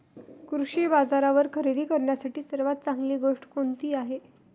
कृषी बाजारावर खरेदी करण्यासाठी सर्वात चांगली गोष्ट कोणती आहे?